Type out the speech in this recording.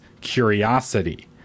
curiosity